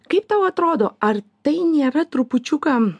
kaip tau atrodo ar tai nėra trupučiuką